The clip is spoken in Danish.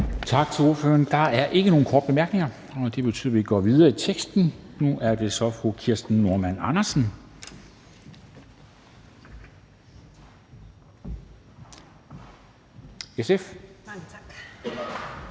Tak til ordføreren. Der er ikke nogen korte bemærkninger. Det betyder, at vi går videre i teksten, og nu er det så fru Kirsten Normann Andersen, SF. Kl.